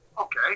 Okay